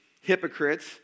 hypocrites